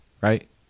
right